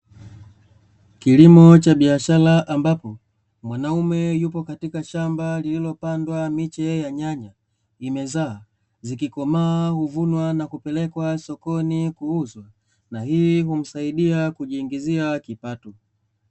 Kilimo cha biashara ambapo mwanaume yupo katika shamba lililopandwa miche ya nyanya imezaa zikikomaa huvunwa na kupelekwa sokoni kuuzwa. Na hii humsaidia kujiingizia kipato.